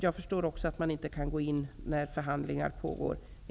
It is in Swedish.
Jag förstår också att man inte kan gå in på detaljer när förhandlingar pågår.